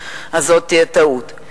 זאת תהיה טעות,